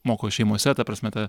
moko šeimose ta prasme tą